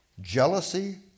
jealousy